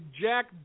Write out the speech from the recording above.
Jack